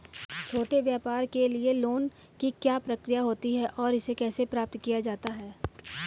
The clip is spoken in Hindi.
छोटे व्यापार के लिए लोंन की क्या प्रक्रिया होती है और इसे कैसे प्राप्त किया जाता है?